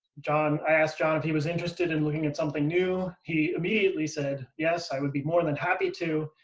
john i asked john if he was interested in looking at something new. he immediately said, yes, i would be more than happy to.